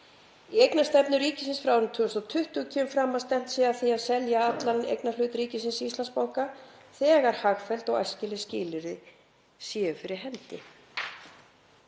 Í eigendastefnu ríkisins frá árinu 2020 kemur fram að stefnt sé að því að selja allan eignarhlut ríkisins í Íslandsbanka þegar hagfelld og æskileg skilyrði séu fyrir hendi.